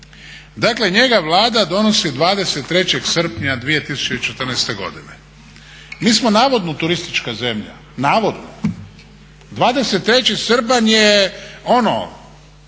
Dakle, njega Vlada donosi 23. srpnja 2014. godine. Mi smo navodno turistička zemlja, navodno. 23. srpanj je ono